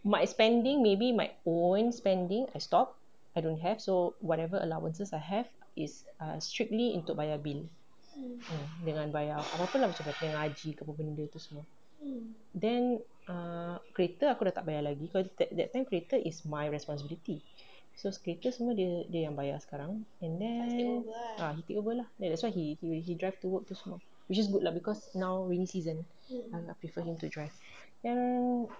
my expending maybe might over spending I stop I don't have so whatever allowances I have is err strictly untuk bayar bill mm dengan bayar apa-apa lah macam dia punya ngaji ke apa benda tu semua then err kereta aku tak bayar lagi that that time kereta is my responsibility so kereta semua dia dia yang bayar sekarang and then ah he take only lah that's that's why he he wh~ he drive to work also which is good lah because now raining season I I prefer him to drive then